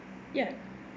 ya